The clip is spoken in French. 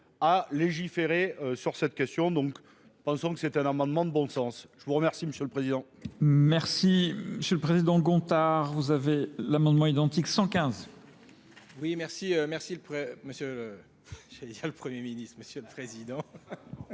à légiférer sur cette question. Donc, pensons que c'est un amendement de bon sens. Je vous remercie, Monsieur le Président. Merci. M. le Président Gontard, vous avez l'amendement identique 115. Oui, merci. Merci, Monsieur le Premier ministre, M. le Président.